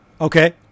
Okay